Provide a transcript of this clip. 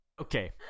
Okay